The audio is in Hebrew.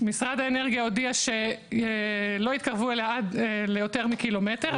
משרד האנרגיה הודיע שלא יתקרבו אליה עד ליותר מקילומטר,